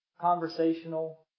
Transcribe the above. conversational